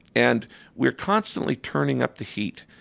and we're constantly turning up the heat.